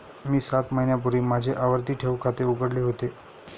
मी सात महिन्यांपूर्वी माझे आवर्ती ठेव खाते उघडले होते